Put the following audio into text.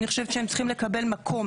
אני חושבת שהם צריכים לקבל מקום,